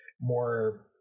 more